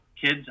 kids